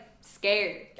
scared